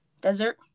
desert